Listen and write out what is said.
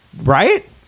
right